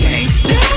Gangsta